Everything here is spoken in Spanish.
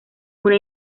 una